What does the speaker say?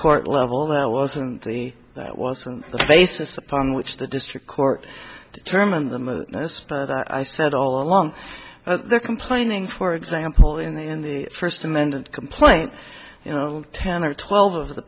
court level that wasn't the that wasn't the basis upon which the district court determined them as i said all along they're complaining for example in the first amended complaint you know ten or twelve of the